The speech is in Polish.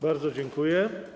Bardzo dziękuję.